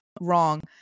wrong